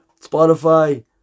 spotify